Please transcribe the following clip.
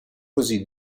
così